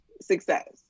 success